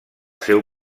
seu